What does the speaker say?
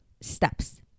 steps